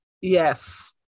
Yes